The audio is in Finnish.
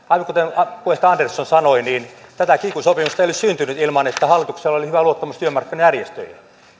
aivan kuten puheenjohtaja andersson sanoi tätä kiky sopimusta ei olisi syntynyt ilman että hallituksella oli hyvä luottamus työmarkkinajärjestöihin